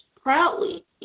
proudly